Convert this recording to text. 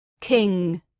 King